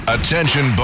Attention